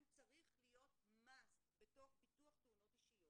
צריך להיות מאסט בתוך ביטוח תאונות אישיות,